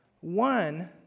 One